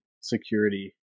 security